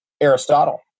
Aristotle